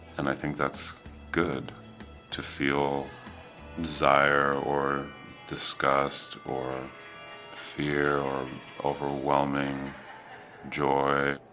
and i think that's good to feel desire, or disgust, or fear, or overwhelming joy.